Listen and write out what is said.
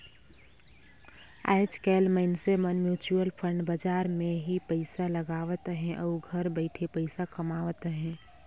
आएज काएल मइनसे मन म्युचुअल फंड बजार मन में ही पइसा लगावत अहें अउ घर बइठे पइसा कमावत अहें